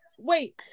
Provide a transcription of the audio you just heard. Wait